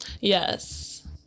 Yes